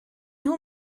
nhw